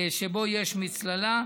שבו יש מצללה,